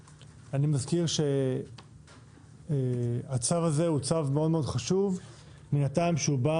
אני מזכיר שהצו הזה הוא צו מאוד מאוד חשוב מן הטעם שהוא בא